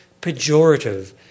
pejorative